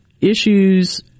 issues